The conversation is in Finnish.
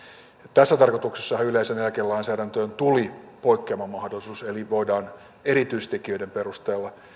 tässä tarkoituksessahan yleiseen eläkelainsäädäntöön tuli poikkeaman mahdollisuus eli voidaan erityistekijöiden perusteella